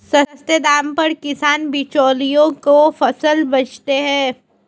सस्ते दाम पर किसान बिचौलियों को फसल बेचता है